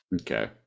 okay